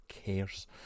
cares